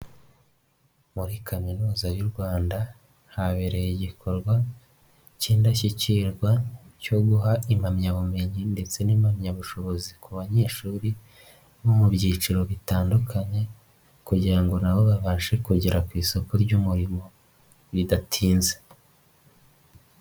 Muri Kaminuza y'u Rwanda habereye igikorwa k'indashyikirwa cyo guha impamyabumenyi ndetse n'impamyabushobozi ku banyeshuri bo mu byiciro bitandukanye kugira ngo na bo babashe kugera ku isoko ry'umurimo bidatinze.